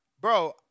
bro